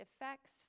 effects